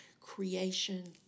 Creation